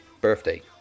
Birthday